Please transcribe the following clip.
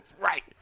Right